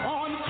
on